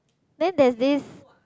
then there is this